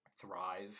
thrive